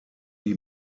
die